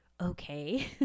okay